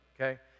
okay